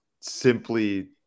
simply